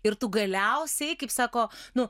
ir tu galiausiai kaip sako nu